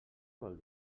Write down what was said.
vol